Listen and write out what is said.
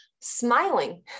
smiling